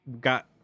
got